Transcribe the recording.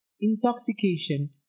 intoxication